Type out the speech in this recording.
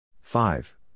Five